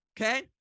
Okay